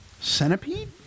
Centipede